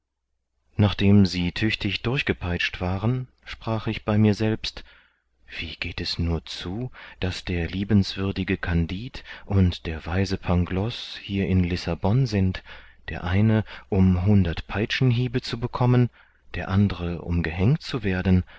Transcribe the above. nachdem sie tüchtig durchgepeitscht waren sprach ich bei mir selbst wie geht es nur zu daß der liebenswürdige kandid und der weise pangloß hier in lissabon sind der eine um hundert peitschenhiebe zu bekommen der andre um gehängt zu werden